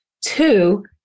Two